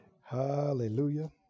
hallelujah